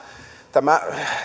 tämä